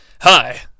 Hi